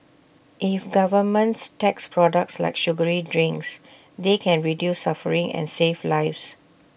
if governments tax products like sugary drinks they can reduce suffering and save lives